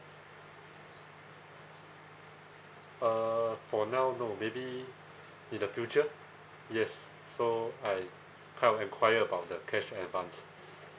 uh for now no maybe in the future yes so I kind of enquire about the cash advance